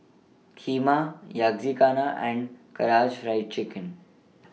Kheema Yakizakana and Karaage Fried Chicken